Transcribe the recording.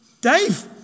Dave